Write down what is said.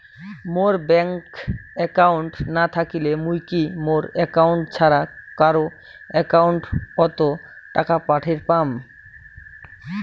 মোর bank account না থাকিলে মুই কি মোর একাউন্ট ছাড়া কারো একাউন্ট অত টাকা পাঠের পাম?